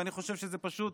ואני חושב שזה פשוט